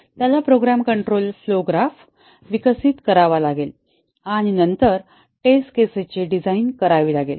त्याला program control flow graph विकसित करावा लागेल आणि नंतर टेस्ट केसेस ची डिझाइन करावी लागेल